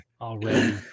already